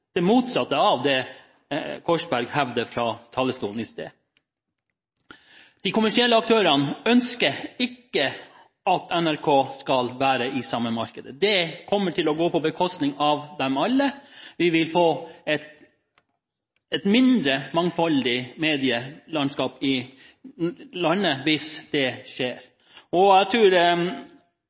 det motsatte av det Korsberg hevdet fra talerstolen i sted. De kommersielle aktørene ønsker ikke at NRK skal være i det samme markedet. Det kommer til å gå på bekostning av dem alle. Vi vil få et mindre mangfoldig medielandskap i landet hvis det skjer. Jeg